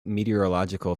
meteorological